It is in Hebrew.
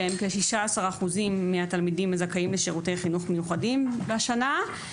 שהם כ-16% מהתלמידים הזכאים לשירותי חינוך מיוחדים בשנה.